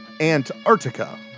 Antarctica